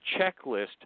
checklist